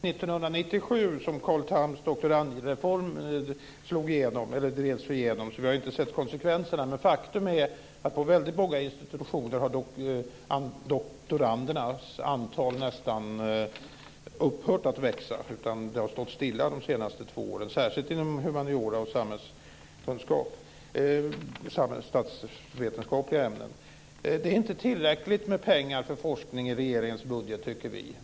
Fru talman! Det var så sent som 1997 som Carl Thams doktorandreform drevs igenom, så vi har inte sett konsekvenserna. Men faktum är att antalet doktorander nästan har upphört att växa på väldigt många institutioner. Det har stått stilla under de senaste två åren, särskilt inom humaniora och statsvetenskapliga ämnen. Vi tycker inte att det är tillräckligt med pengar för forskning i regeringens budget.